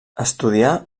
estudià